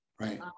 right